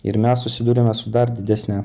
ir mes susiduriame su dar didesne